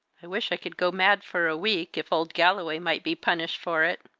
i wish i could go mad for a week, if old galloway might be punished for it!